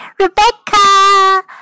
Rebecca